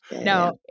No